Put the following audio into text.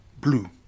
blue